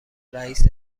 رئیس